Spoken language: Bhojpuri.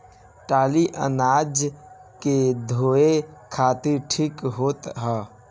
टाली अनाज के धोए खातिर ठीक होत ह